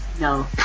No